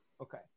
Okay